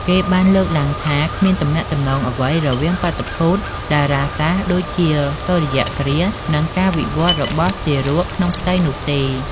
គេបានលើកឡើងថាគ្មានទំនាក់ទំនងអ្វីរវាងបាតុភូតតារាសាស្ត្រដូចជាសូរ្យគ្រាស និងការវិវត្តរបស់ទារកក្នុងផ្ទៃនោះទេ ។